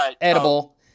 Edible